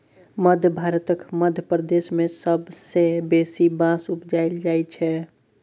मध्य भारतक मध्य प्रदेश मे सबसँ बेसी बाँस उपजाएल जाइ छै